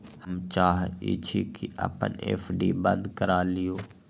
हम चाहई छी कि अपन एफ.डी बंद करा लिउ